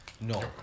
No